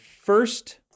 first